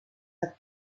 are